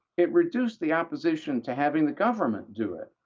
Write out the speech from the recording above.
it reduced the opposition to having the government do it,